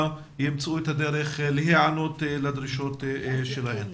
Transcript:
ימצאו את הדרך להיענות לדרישות שלהם.